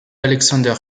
alexander